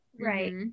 Right